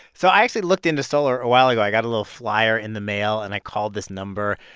so i actually looked into solar a while ago. i got a little flyer in the mail, and i called this number.